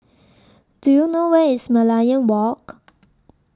Do YOU know Where IS Merlion Walk